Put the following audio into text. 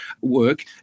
work